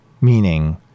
Meaning